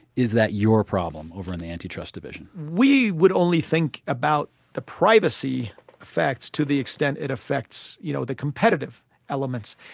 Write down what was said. is that your problem over in the antitrust division? we would only think about the privacy effects to the extent it affects you know the competitive elements.